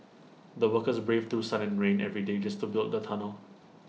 the workers braved through sun and rain every day just to build the tunnel